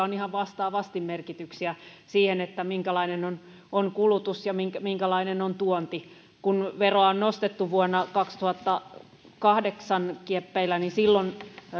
on ihan vastaavasti merkityksiä sille minkälainen on on kulutus ja minkälainen on tuonti kun veroa on nostettu vuoden kaksituhattakahdeksan kieppeillä niin silloin